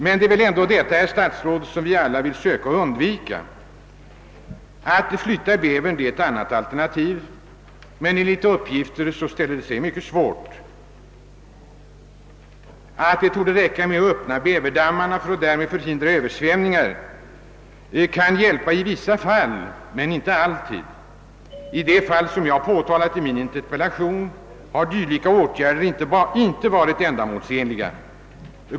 Men det är väl ändå, herr statsråd, något som vi vill söka undvika. Att flytta bävern är ett annat alternativ, men enligt uppgift ställer det sig mycket svårt. Att öppna bäverdammarna för att därmed förhindra översvämningar kan hjälpa i vissa fall men inte alltid. I det fall som jag påtalat i min interpellation har dylika åtgärder inte varit ändamålsenliga.